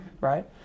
right